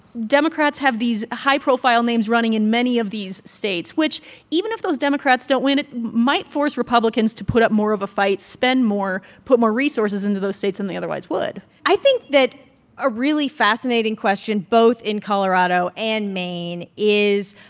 democrats have these high-profile names running in many of these states, which even if those democrats don't win, it might force republicans to put up more of a fight, spend more, put more resources into those states than they otherwise would i think that a really fascinating question both in colorado and maine is,